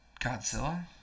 godzilla